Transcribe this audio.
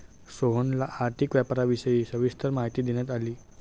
सोहनला आर्थिक व्यापाराविषयी सविस्तर माहिती देण्यात आली